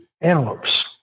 antelopes